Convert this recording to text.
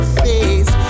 face